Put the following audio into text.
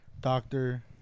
doctor